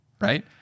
right